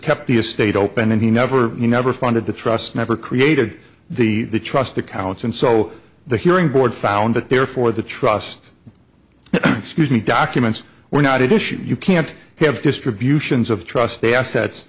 kept the estate open and he never he never funded the trust never created the trust accounts and so the hearing board found that therefore the trust excuse me documents were not at issue you can't have distributions of trust they assets